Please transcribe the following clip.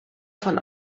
von